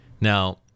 Now